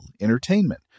entertainment